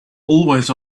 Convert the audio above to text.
always